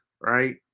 right